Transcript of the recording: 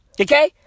Okay